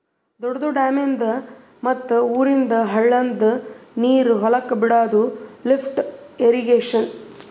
ದೊಡ್ದು ಡ್ಯಾಮಿಂದ್ ಮತ್ತ್ ಊರಂದ್ ಹಳ್ಳದಂದು ನೀರ್ ಹೊಲಕ್ ಬಿಡಾದು ಲಿಫ್ಟ್ ಇರ್ರೀಗೇಷನ್